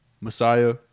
Messiah